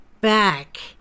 back